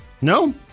No